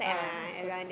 ah West-Coast